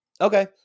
Okay